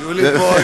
יולי פה.